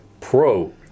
Pro